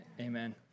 amen